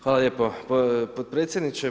Hvala lijepo potpredsjedniče.